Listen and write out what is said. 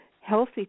healthy